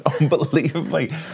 unbelievably